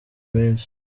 minsi